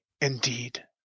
indeed